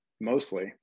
mostly